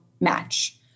match